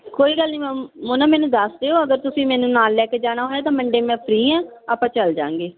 ਕੋਈ ਗੱਲ ਨਹੀਂ ਮੈ ਮੋਨਾ ਮੈਨੂੰ ਦੱਸ ਦਿਓ ਅਗਰ ਤੁਸੀਂ ਮੈਨੂੰ ਨਾਲ ਲੈ ਕੇ ਜਾਣਾ ਹੋਇਆ ਤਾਂ ਮੰਡੇ ਮੈਂ ਫਰੀ ਹਾਂ ਆਪਾਂ ਚਲ ਜਾਂਗੇ